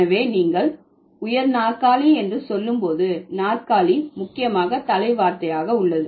எனவே நீங்கள் உயர் நாற்காலி என்று சொல்லும் போது நாற்காலி முக்கியமாக தலை வார்த்தையாக உள்ளது